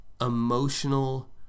emotional